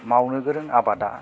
मावनो गोरों आबादा